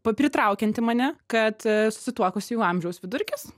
pa pritraukianti mane kad susituokusiųjų amžiaus vidurkis